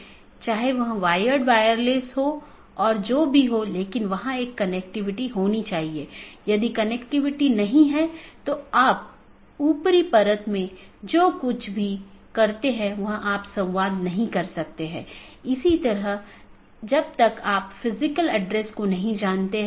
तो इसके लिए कुछ आंतरिक मार्ग प्रोटोकॉल होना चाहिए जो ऑटॉनमस सिस्टम के भीतर इस बात का ध्यान रखेगा और एक बाहरी प्रोटोकॉल होना चाहिए जो इन चीजों के पार जाता है